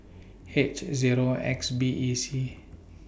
H Zero X B E C